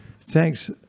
Thanks